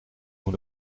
moet